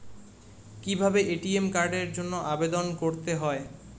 কিভাবে এ.টি.এম কার্ডের জন্য আবেদন করতে হয়?